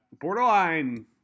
borderline